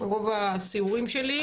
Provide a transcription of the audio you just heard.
רוב הסיורים שלי.